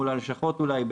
מול הלשכות אולי,